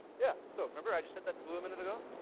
yeah so remember, i just set that to blue a minute ago?